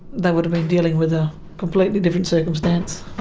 they would have been dealing with a completely different circumstance.